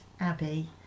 Abby